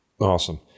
Awesome